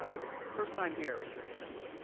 who is first time here raise your hand,